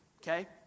okay